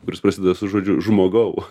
kuris prasideda su žodžiu žmogau